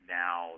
now